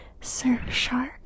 Surfshark